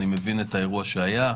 אני מבין את האירוע שהיה.